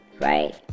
Right